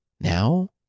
Now